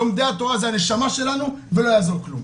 לומדי התורה הם הנשמה שלנו ולא יעזור כלום.